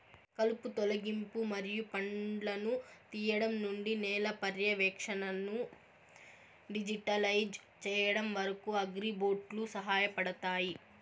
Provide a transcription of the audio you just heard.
కలుపు తొలగింపు మరియు పండ్లను తీయడం నుండి నేల పర్యవేక్షణను డిజిటలైజ్ చేయడం వరకు, అగ్రిబోట్లు సహాయపడతాయి